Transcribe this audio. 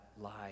lie